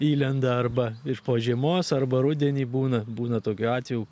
įlenda arba iš po žiemos arba rudenį būna būna tokių atvejų